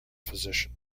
physician